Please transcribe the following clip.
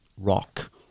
rock